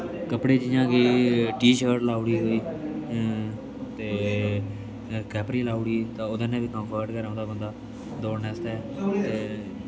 कपडे़ जियां कि टीशर्ट लाई ओड़ी कोई ते कैप्री लाई ओड़ी ते ओह्दे ने बी कम्फर्ट गै रौहन्दा बंदा दोड़ने आस्तै ते